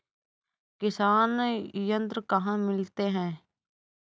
किसान यंत्र कहाँ मिलते हैं?